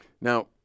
Now